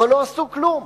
אבל לא עשו כלום.